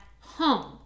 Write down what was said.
home